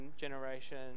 generation